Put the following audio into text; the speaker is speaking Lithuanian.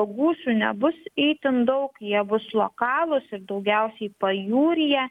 gūsių nebus itin daug jie bus lokalūs ir daugiausiai pajūryje